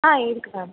ஆ இருக்கு மேம்